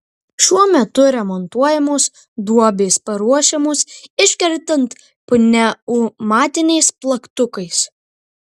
šiuo metu remontuojamos duobės paruošiamos iškertant pneumatiniais plaktukais